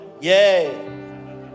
Yay